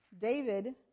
David